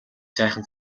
сайхан